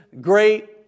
great